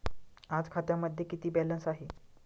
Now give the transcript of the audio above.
आज खात्यामध्ये किती बॅलन्स आहे?